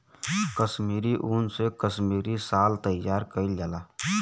कसमीरी उन से कसमीरी साल तइयार कइल जाला